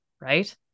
Right